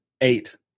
Eight